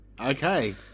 Okay